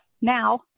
now